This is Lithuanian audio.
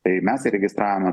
tai mes įregistravome